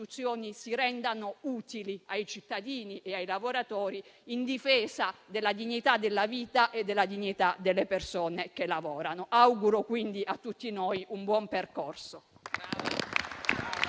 si rendano utili ai cittadini e ai lavoratori in difesa della dignità della vita e delle persone che lavorano. Auguro quindi a tutti noi un buon percorso.